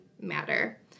matter